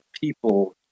people